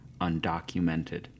undocumented